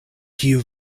kiu